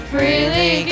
Freely